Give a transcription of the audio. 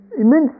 immense